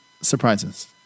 surprises